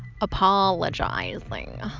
apologizing